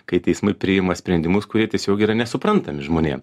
kai teismai priima sprendimus kurie tiesiog yra nesuprantami žmonėm